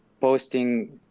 posting